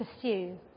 pursue